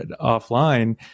offline